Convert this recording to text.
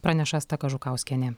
praneša asta kažukauskienė